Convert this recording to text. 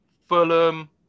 Fulham